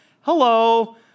hello